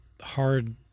hard